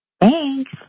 Thanks